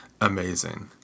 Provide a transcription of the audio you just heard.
amazing